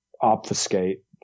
obfuscate